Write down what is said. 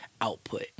output